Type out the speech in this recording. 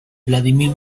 vladímir